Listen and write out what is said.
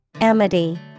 Amity